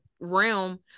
realm